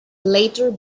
later